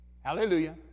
Hallelujah